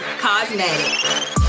Cosmetic